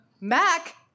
Mac